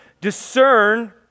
Discern